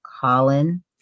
Colin